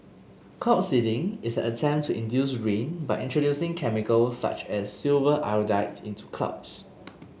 cloud seeding is an attempt to induce rain by introducing chemicals such as silver iodide into clouds